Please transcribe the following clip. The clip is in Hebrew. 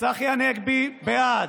צחי הנגבי בעד.